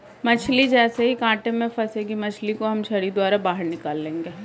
मछली जैसे ही कांटे में फंसेगी मछली को हम छड़ी द्वारा बाहर निकाल लेंगे